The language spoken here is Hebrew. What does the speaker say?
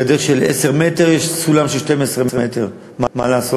גדר של 10 מטר, יש סולם של 12 מטר, מה לעשות.